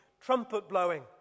trumpet-blowing